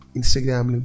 Instagram